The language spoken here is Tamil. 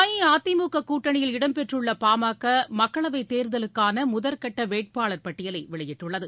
அஇஅதிமுக கூட்டணியில் இடம் பெற்றுள்ள பாமக மக்களவைத் தேர்தலுக்கான முதற்கட்ட வேட்பாளர் பட்டியலை வெளியிட்டுள்ளது